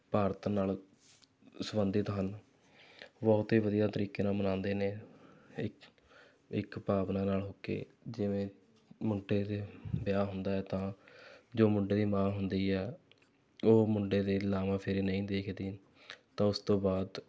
ਭਾਰਤ ਨਾਲ ਸੰਬੰਧਿਤ ਹਨ ਬਹੁਤ ਹੀ ਵਧੀਆ ਤਰੀਕੇ ਨਾਲ ਮਨਾਉਂਦੇ ਨੇ ਇੱਕ ਇੱਕ ਭਾਵਨਾ ਨਾਲ ਹੋ ਕੇ ਜਿਵੇਂ ਮੁੰਡੇ ਦਾ ਵਿਆਹ ਹੁੰਦਾ ਹੈ ਤਾਂ ਜੋ ਮੁੰਡੇ ਦੀ ਮਾਂ ਹੁੰਦੀ ਹੈ ਉਹ ਮੁੰਡੇ ਦੇ ਲਾਵਾਂ ਫੇਰੇ ਨਹੀਂ ਦੇਖਦੀ ਤਾਂ ਉਸ ਤੋਂ ਬਾਅਦ